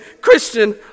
Christian